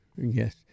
Yes